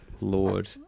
Lord